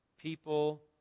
People